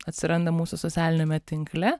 atsiranda mūsų socialiniame tinkle